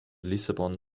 lissabon